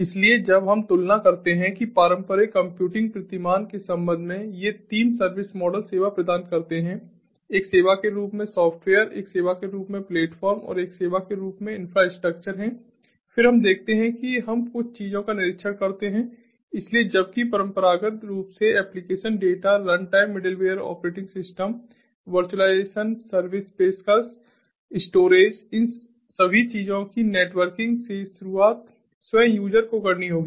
इसलिए जब हम तुलना करते हैं कि पारंपरिक कंप्यूटिंग प्रतिमान के संबंध में ये 3 सर्विस मॉडल सेवा प्रदान करते हैं एक सेवा के रूप में सॉफ्टवेयर एक सेवा के रूप में प्लेटफ़ॉर्म और एक सेवा के रूप में इंफ्रास्ट्रक्चर है फिर हम देखते हैं कि हम कुछ चीजों का निरीक्षण करते हैं इसलिए जबकि परंपरागत रूप से application data runtime middleware operating system virtualisation service पेशकश स्टोरेज इन सभी चीजों की नेटवर्किंग से शुरुआत स्वयं यूजर को करनी होगी